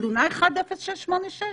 תלונה 10686,